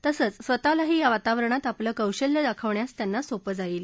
तसंच स्वतःलाही या वातावरणात आपलं कौशल्य दाखवण्यास त्यांना सोपं जाईल